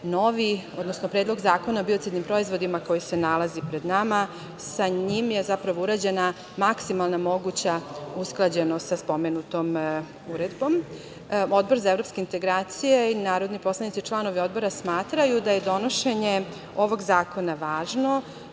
novi, odnosno Predlog zakona o biocidnim proizvodima koji se nalazi pred nama, sa njim je zapravo urađena maksimalna moguća usklađenost sa spomenutom uredbom. Odbor za evropske integracije i narodni poslanici, članovi Odbora, smatraju da je donošenje ovog zakona važno